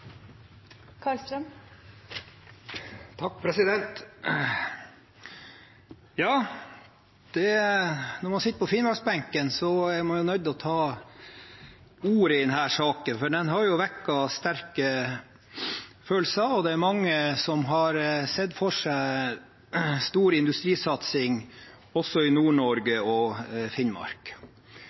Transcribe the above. man nødt til å ta ordet i denne saken, for den har vekket sterke følelser, og mange har sett for seg stor industrisatsing også i Nord-Norge og Finnmark.